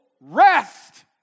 rest